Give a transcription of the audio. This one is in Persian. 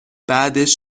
بعدش